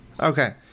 Okay